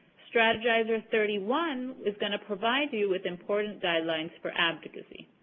strategizer thirty one is going to provide you with important guidelines for advocacy.